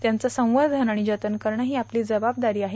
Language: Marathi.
त्यांचे संवर्षन आणि जतन करणं ही आपली जबाबदारी आहे